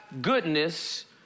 goodness